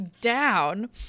down